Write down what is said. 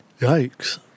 Yikes